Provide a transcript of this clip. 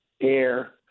air